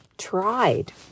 Tried